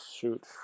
Shoot